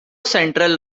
central